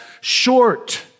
short